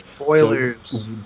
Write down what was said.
spoilers